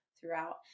throughout